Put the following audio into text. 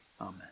amen